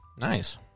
Nice